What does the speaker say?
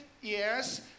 Yes